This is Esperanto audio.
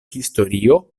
historio